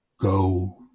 go